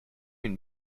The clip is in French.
une